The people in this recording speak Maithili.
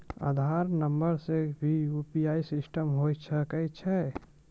आधार नंबर से भी यु.पी.आई सिस्टम होय सकैय छै?